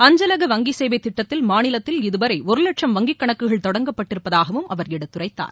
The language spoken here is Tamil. அஞ்சலக வங்கி சேவை திட்டத்தில் மாநிலத்தில் இதுவரை ஒரு வட்சம் வங்கி கணக்குகள் தொடங்கப்பட்டிருப்பதாகவும் அவர் எடுத்துரைத்தார்